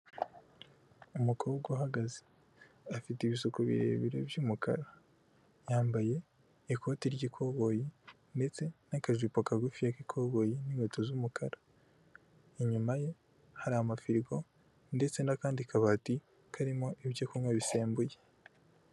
Umukobwa uhagaze afite ibisuko birebire by'umukara, yambaye ikoti ry'ikoboyi ndetse n'akajipo kagufi k'ikoboyi n'inkweto z'umukara, inyuma ye hari amafirigo ndetse n'akandi kabati karimo ibyo kunywa bisembuye.